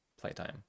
playtime